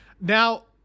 now